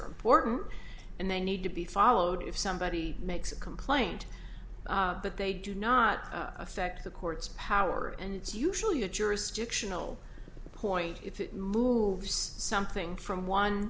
important and they need to be followed if somebody makes a complaint but they do not affect the court's power and it's usually a jurisdictional point if it moves something from one